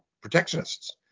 protectionists